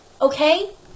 Okay